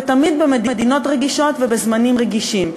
ותמיד במדינות רגישות ובזמנים רגישים.